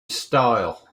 style